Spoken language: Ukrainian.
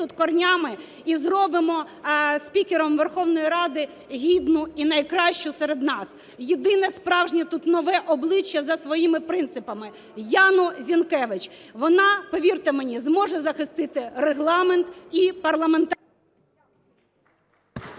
тут коренями, і зробимо спікером Верховної Ради гідну і найкращу серед нас, єдине справжнє тут нове обличчя за своїми принципами – Яну Зінкевич. Вона, повірте мені, зможе захистити Регламент і парламентаризм.